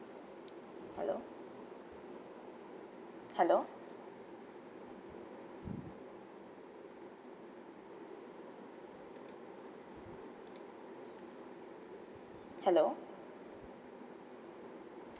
hello hello hello